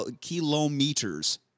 kilometers